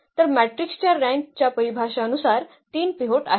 तर मॅट्रिक्स च्या रँक च्या परिभाषानुसार 3 पिव्होट आहेत